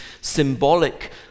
symbolic